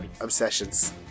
obsessions